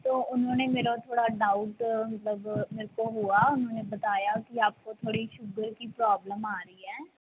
ਤੋਂ ਉਨੋਂ ਨੇ ਮੇਰਾ ਥੋੜ੍ਹਾ ਡਾਊਟ ਮਤਲਬ ਮੇਰੇ ਕੋ ਹੁਆ ਉਨੋਂ ਨੇ ਬਤਾਇਆ ਕਿ ਆਪਕੋ ਥੋੜ੍ਹੀ ਸ਼ੂਗਰ ਕੀ ਪ੍ਰੋਬਲਮ ਆ ਰਹੀ ਹੈ